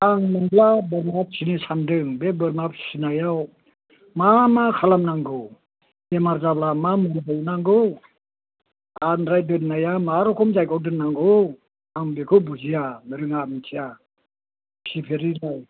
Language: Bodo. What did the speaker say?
आं मोनब्ला बोरमा फिनो सान्दों बे बोरमा फिसिनायाव मा मा खालामनांगौ बेमार जाब्ला मा मुलि दौनांगौ आमफ्राय दोननाया मा रोखोम जायगायाव दोननांगौ आं बेखौ बुजिया रोङा मिथिया फिफेरिखाय